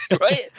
right